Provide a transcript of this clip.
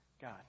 God